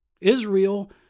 Israel